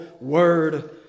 word